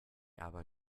aber